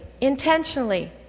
intentionally